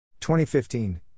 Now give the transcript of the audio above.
2015